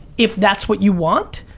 if that's what you want,